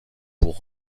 pour